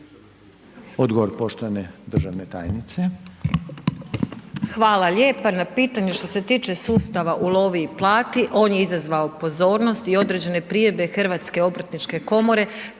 Odgovor poštovane državne tajnice.